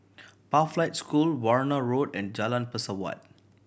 Pathlight School Warna Road and Jalan Pesawat